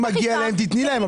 אם מגיע להם תני להם,